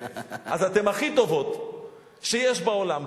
אז אתן הכי טובות שיש בעולם,